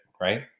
right